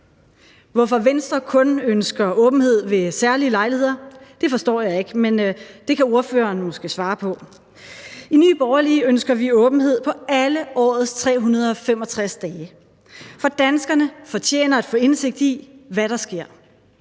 Hvorfor Venstre kun ønsker åbenhed ved særlige lejligheder, forstår jeg ikke, men det kan ordføreren måske svare på. I Nye Borgerlige ønsker vi åbenhed på alle årets 365 dage, for danskerne fortjener at få indsigt i, hvad der sker.